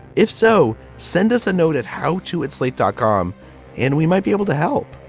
if so, send us a note at how to add slate dot com and we might be able to help.